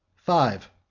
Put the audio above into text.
five.